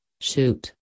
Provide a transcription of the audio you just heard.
shoot